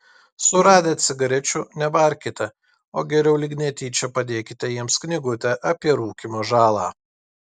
suradę cigarečių nebarkite o geriau lyg netyčia padėkite jiems knygutę apie rūkymo žalą